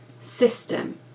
system